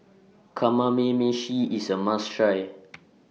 IS A must Try